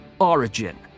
Origin